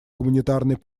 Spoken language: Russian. гуманитарной